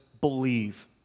believe